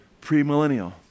Pre-millennial